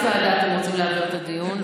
לאיזו ועדה אתם רוצים להעביר את הדיון,